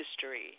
history